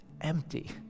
empty